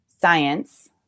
science